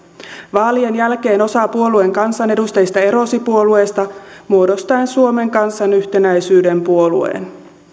vaalien jälkeen osa puoleen kansanedustajista erosi puolueesta muodostaen suomen kansan yhtenäisyyden puolueen